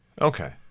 Okay